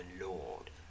lord